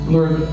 Lord